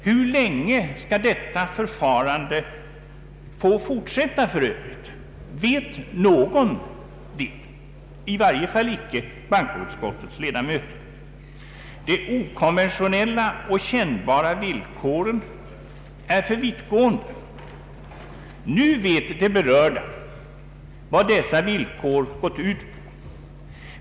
Hur länge skall detta förfarande för övrigt få fortsätta? Vet någon det? I varje fall vet icke bankoutskottets ledamöter något om detta. De okonventionella och kännbara villkoren är för vittgående. Nu vet de berörda vad dessa villkor gått ut på.